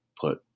put